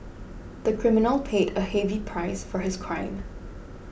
the criminal paid a heavy price for his crime